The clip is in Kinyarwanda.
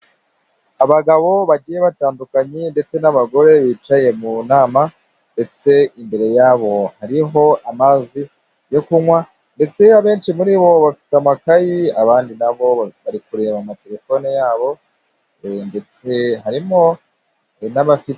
Abagabo bagiye batandukanye ndetse n'abagore bicaye mu nama ndetse imbere yabo hariho amazi yo kunywa. Ndetse abenshi muri bo bafite amakayi abandi nabo bari kureba amatelefone yabo ndetse harimo n'abafite.